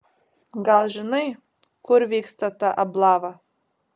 gal žinai kur vyksta ta ablava